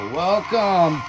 welcome